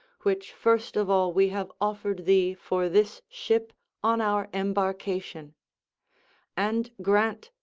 which first of all we have offered thee for this ship on our embarcation and grant,